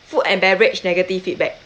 food and beverage negative feedback